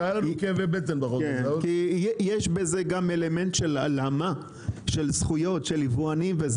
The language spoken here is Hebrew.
כי יש בזה אלמנט של הלאמה של זכויות של יבואנים.